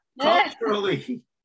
Culturally